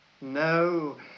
No